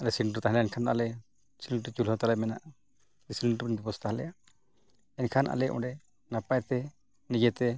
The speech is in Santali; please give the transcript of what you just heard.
ᱟᱞᱮ ᱥᱞᱤᱱᱰᱟᱨ ᱛᱟᱦᱮᱸ ᱞᱮᱱᱠᱷᱟᱱ ᱟᱞᱮ ᱥᱤᱞᱤᱱᱰᱟᱨ ᱪᱩᱞᱦᱟᱹ ᱛᱟᱞᱮ ᱢᱮᱱᱟᱜᱼᱟ ᱡᱩᱫᱤ ᱥᱤᱞᱤᱱᱰᱟᱨ ᱵᱤᱱ ᱵᱮᱵᱚᱥᱛᱷᱟ ᱟᱞᱮᱭᱟ ᱮᱱᱠᱷᱟᱱ ᱚᱸᱰᱮ ᱟᱞᱮ ᱱᱟᱯᱟᱭᱛᱮ ᱱᱤᱡᱮᱛᱮ